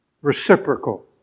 Reciprocal